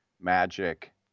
Magic